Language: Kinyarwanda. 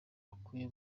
akwiye